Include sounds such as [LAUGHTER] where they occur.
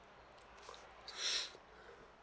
[NOISE]